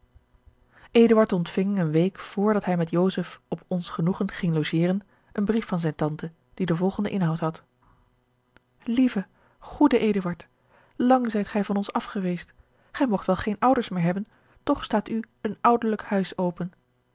ontving eene week vr dat hij met joseph op ons genoegen ging logeren een brief van zijne tante die den volgenden inhoud had lieve goede eduard lang zijt gij van ons af geweest gij moogt wel geene ouders george een ongeluksvogel meer hebben toch staat u een ouderlijk huis open